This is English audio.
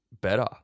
better